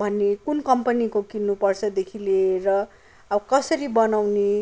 भन्ने कुन कम्पनीको किन्नु पर्छदेखि लिएर अब कसरी बनाउने